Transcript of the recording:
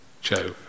Joe